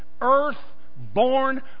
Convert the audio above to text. earth-born